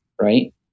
right